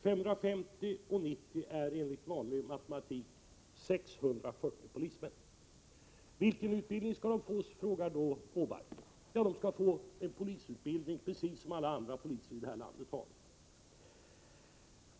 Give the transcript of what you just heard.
550 plus 90 blir enligt vanlig matematik 640 polismän. Vilken utbildning skall de då få, undrar Åbark. Jo, de skall få en polisutbildning, precis som alla andra poliser i det här landet har fått.